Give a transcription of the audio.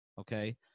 Okay